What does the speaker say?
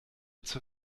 zur